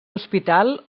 hospital